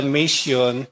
mission